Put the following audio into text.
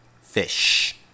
fish